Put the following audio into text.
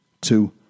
Two